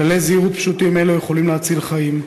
כללי זהירות פשוטים אלה יכולים להציל חיים,